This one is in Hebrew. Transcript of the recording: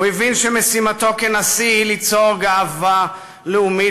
הוא הבין שמשימתו כנשיא היא ליצור גאווה לאומית